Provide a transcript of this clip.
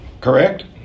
Correct